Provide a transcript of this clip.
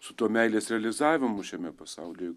su tuo meilės realizavimu šiame pasaulyje